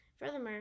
Furthermore